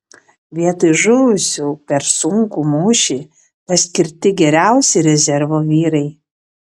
vietoj žuvusių per sunkų mūšį paskirti geriausi rezervo vyrai